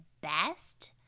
best